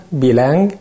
bilang